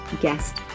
guest